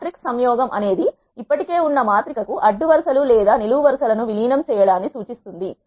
matrix సంయోగం అనేది ఇప్పటికే ఉన్న మాత్రిక కు అడ్డు వరుస లు లేదా నిలువు వరుస లను విలీనం చేయడాన్ని సూచిస్తుంది